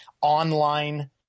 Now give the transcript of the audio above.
online –